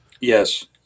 Yes